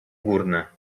górne